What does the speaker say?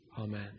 Amen